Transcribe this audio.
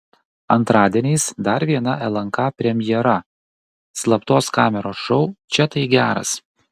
antradieniais dar viena lnk premjera slaptos kameros šou čia tai geras